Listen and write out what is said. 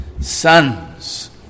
sons